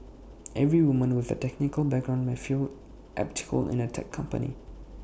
every women with A technical background may feel atypical in A tech company